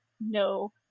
no